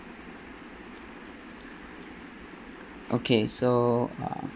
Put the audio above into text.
okay so um